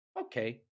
Okay